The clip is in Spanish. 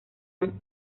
han